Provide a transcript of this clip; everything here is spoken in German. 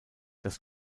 das